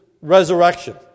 resurrection